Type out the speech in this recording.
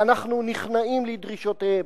ואנחנו נכנעים לדרישותיהם.